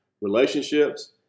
relationships